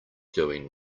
doing